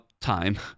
time